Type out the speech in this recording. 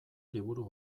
liburu